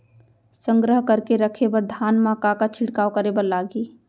संग्रह करके रखे बर धान मा का का छिड़काव करे बर लागही?